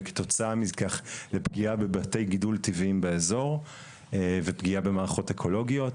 וכתוצאה מכך בפגיעה בבתי גידול טבעיים באזור ופגיעה במערכות אקולוגיות,